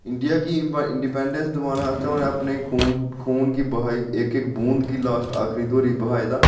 India गी independence दुआने आस्तै खून गी बहाई इक इक बूंद गी लास्ट आखरी धोड़ी बहाए दा